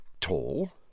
tall